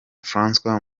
francois